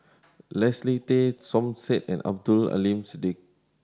Leslie Tay Som Said and Abdul Aleem Siddique